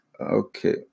Okay